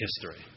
history